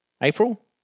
April